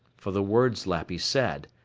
for the words lappy said,